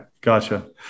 gotcha